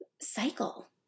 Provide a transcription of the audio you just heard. cycle